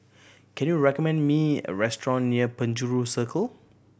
can you recommend me a restaurant near Penjuru Circle